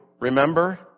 remember